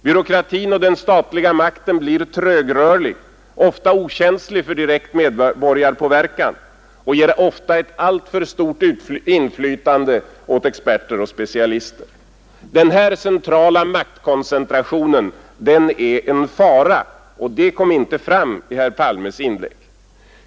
Byråkratin och den statliga makten blir trögrörliga, ofta okänsliga för direkt medborgarpåverkan, och ger många gånger ett alltför stort inflytande åt experter och specialister. Den här centrala maktkoncentrationen är en fara, och det kom inte fram i herr Palmes inlägg.